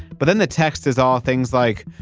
but then the text is all things like,